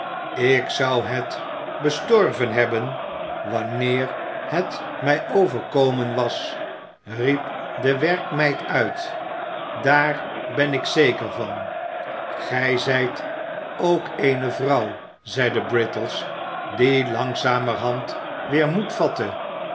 ik zou het bestorven hebben wanneer het mij overkomen was riep de werkmeid uit daar ben ik zeker van gij zijt ook eene vrouw zeide brittles die langzamerhand weer moed vatte